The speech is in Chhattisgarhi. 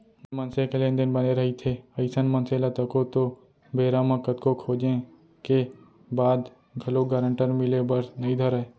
जेन मनसे के लेन देन बने रहिथे अइसन मनसे ल तको तो बेरा म कतको खोजें के बाद घलोक गारंटर मिले बर नइ धरय